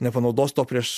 nepanaudos to prieš